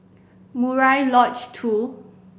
Murai Lodge Two